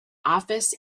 office